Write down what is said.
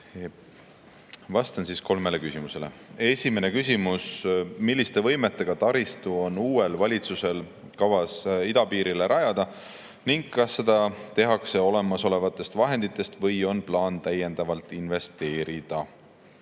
Vastan kolmele küsimusele. Esimene küsimus: "Milliste võimetega taristu on uuel valitsusel kavas idapiirile rajada ning kas seda tehakse olemasolevatest vahenditest või on plaan täiendavalt investeerida?"